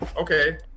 okay